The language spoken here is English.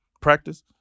practice